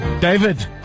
David